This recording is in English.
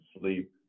sleep